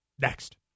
Next